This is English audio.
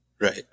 Right